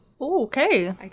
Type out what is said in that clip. Okay